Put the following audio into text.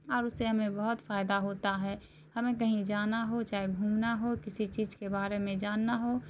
اور اس سے ہمیں بہت فائدہ ہوتا ہے ہمیں کہیں جانا ہو چاہیے گھومنا ہو کسی چیز کے بارے میں جاننا ہو